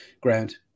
ground